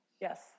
Yes